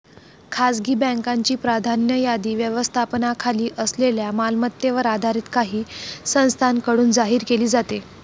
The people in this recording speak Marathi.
खासगी बँकांची प्राधान्य यादी व्यवस्थापनाखाली असलेल्या मालमत्तेवर आधारित काही संस्थांकडून जाहीर केली जाते